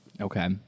Okay